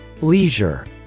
leisure